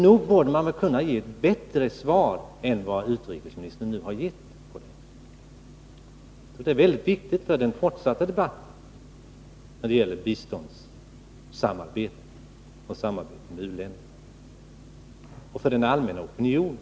Nog borde man kunna ge bättre svar än utrikesministern nu har gjort. Det är mycket viktigt för den fortsatta debatten när det gäller biståndssamarbetet, för samarbetet med u-länderna och för den allmänna opinionen.